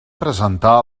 presentar